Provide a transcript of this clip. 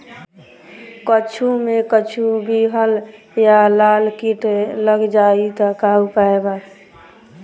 कद्दू मे कद्दू विहल या लाल कीट लग जाइ त का उपाय बा?